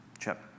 chip